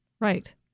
Right